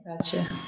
Gotcha